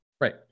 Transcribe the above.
Right